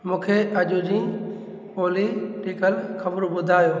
मूंखे अॼ जी पॉलिटिकल ख़बरूं ॿुधायो